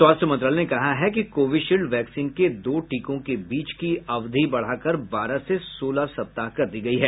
स्वास्थ्य मंत्रालय ने कहा है कि कोविशील्ड वैक्सीन के दो टीकों के बीच की अवधि बढ़ाकर बारह से सोलह सप्ताह कर दी गई है